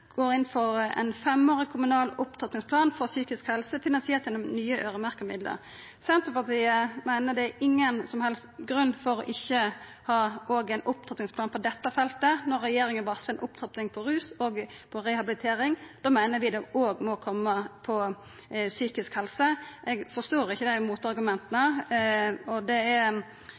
går inn for ein 5-årig kommunal opptrappingsplan for psykisk helse, finansiert gjennom nye, øyremerkte midlar. Senterpartiet meiner det ikkje er nokon som helst grunn for ikkje å ha ein opptrappingsplan òg på dette feltet. Når regjeringa varslar ei opptrapping på rus og på rehabilitering, meiner vi det òg må koma på psykisk helse. Eg forstår ikkje motargumenta. Det er